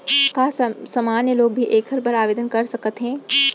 का सामान्य लोग भी एखर बर आवदेन कर सकत हे?